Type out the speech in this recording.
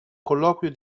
colloquio